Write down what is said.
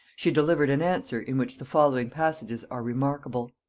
she delivered an answer in which the following passages are remarkable.